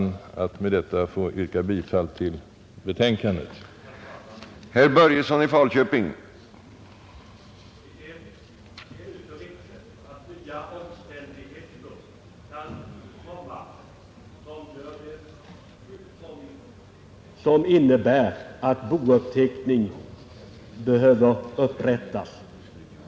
Med det anförda ber jag att få yrka bifall till utskottets hemställan.